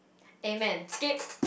amen skip